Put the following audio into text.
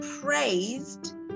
praised